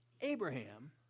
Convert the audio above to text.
Abraham